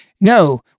No